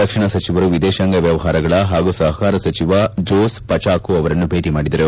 ರಕ್ಷಣಾ ಸಚಿವರು ವಿದೇಶಾಂಗ ವ್ಲವಹಾರಗಳ ಹಾಗೂ ಸಹಕಾರ ಸಚಿವ ಜೋಸ್ ಪಚಾಕೋ ಅವರನ್ನು ಭೇಟಿ ಮಾಡಿದರು